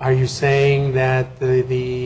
are you saying that the